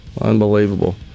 Unbelievable